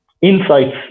insights